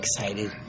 excited